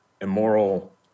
immoral